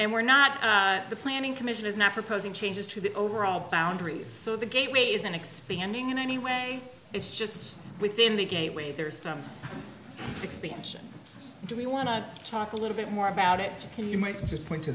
and we're not the planning commission is now proposing changes to the overall boundaries so the gateways and expanding in any way it's just within the gateway there is some expansion do we want to talk a little bit more about it can you might just point to